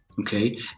Okay